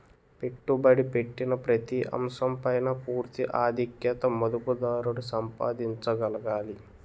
పెట్టుబడి పెట్టిన ప్రతి అంశం పైన పూర్తి ఆధిక్యత మదుపుదారుడు సంపాదించగలగాలి